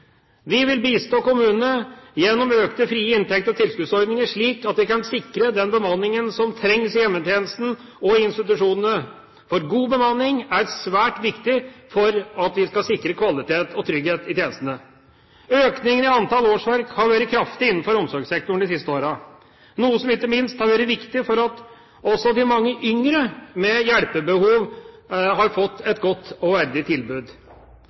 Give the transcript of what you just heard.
Vi vil bistå kommunene gjennom økte frie inntekter og tilskuddsordninger slik at de kan sikre den bemanningen som trengs i hjemmetjenesten og i institusjonene, for god bemanning er svært viktig for at vi skal sikre kvalitet og trygghet i tjenestene. Økningen i antall årsverk har vært kraftig innenfor omsorgssektoren de siste årene, noe som ikke minst har vært viktig for at også de mange yngre med hjelpebehov har fått et godt og verdig tilbud.